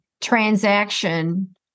transaction